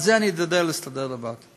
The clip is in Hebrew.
בזה אני יודע להסתדר לבד,